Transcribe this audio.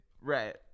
Right